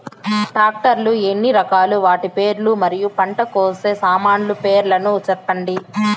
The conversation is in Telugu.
టాక్టర్ లు ఎన్ని రకాలు? వాటి పేర్లు మరియు పంట కోసే సామాన్లు పేర్లను సెప్పండి?